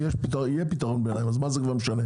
אני מבקש